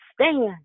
stand